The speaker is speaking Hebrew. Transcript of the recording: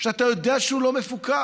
שאתה יודע שהוא לא מפוקח.